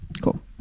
Cool